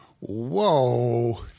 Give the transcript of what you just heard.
whoa